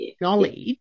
knowledge